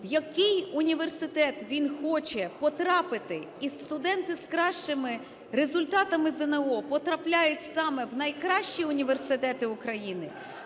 в який університет він хоче потрапити, і студенти з кращими результатами ЗНО потрапляють саме в найкращі університети України,